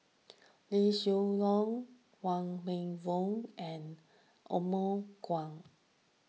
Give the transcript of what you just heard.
Liew Geok Leong Wong Meng Voon and Othman Wok